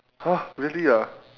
!huh! really ah